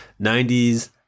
90s